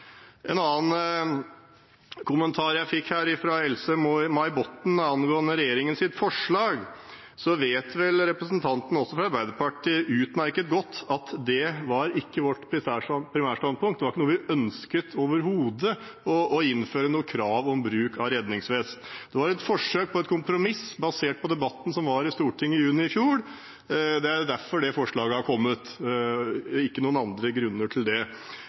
en annen kommentar jeg fikk, fra Else-May Botten angående regjeringens forslag, vet vel også representanten fra Arbeiderpartiet utmerket godt at det ikke var vårt primærstandpunkt, vi ønsket overhodet ikke å innføre noe krav om bruk av redningsvest. Det var et forsøk på et kompromiss basert på debatten som var i Stortinget i juni i fjor. Det er derfor det forslaget er kommet – det er ikke noen andre grunner til det.